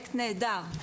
פרויקט נהדר,